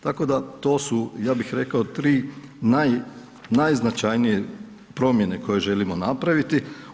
Tako da to su, ja bih rekao 3 najznačajnije promjene koje želimo napraviti.